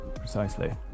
Precisely